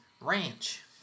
Ranch